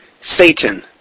Satan